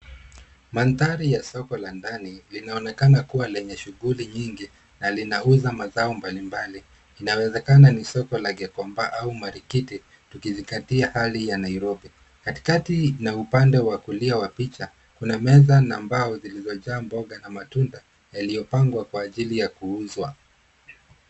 Mandhari ya soko la ndani linaonekana kuwa lenye shughuli nyingi na linauza mazao mbalimbali. Linaonekana ni soko la gikomba au marikiti tukizingatia hali ya Nairobi. Katikati na upande wa kulia wa picha kuna meza na mbao zilizojaa mboga na matunda yaliyopangwa kwa ajili ya kuuzwa.